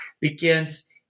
begins